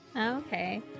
Okay